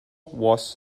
was